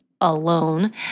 alone